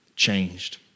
changed